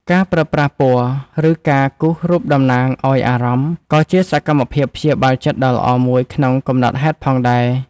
ការប្រើប្រាស់ពណ៌ ឬការគូររូបតំណាងឱ្យអារម្មណ៍ ក៏ជាសកម្មភាពព្យាបាលចិត្តដ៏ល្អមួយក្នុងកំណត់ហេតុផងដែរ។